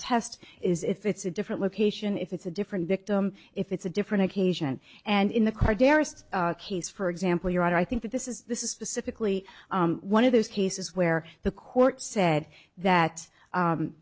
est is if it's a different location if it's a different victim if it's a different occasion and in the car darst case for example you're right i think that this is this is specifically one of those cases where the court said that